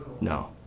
No